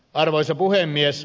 arvoisa puhemies